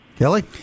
Kelly